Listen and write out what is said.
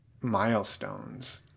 milestones